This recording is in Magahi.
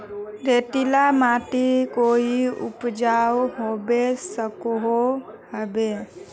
रेतीला माटित कोई उपजाऊ होबे सकोहो होबे?